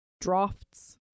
drafts